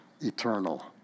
eternal